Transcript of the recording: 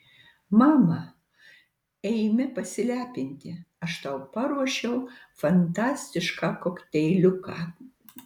mama eime pasilepinti aš tau paruošiau fantastišką kokteiliuką